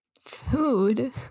Food